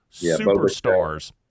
superstars